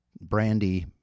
brandy